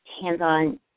hands-on